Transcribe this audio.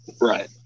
Right